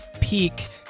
peak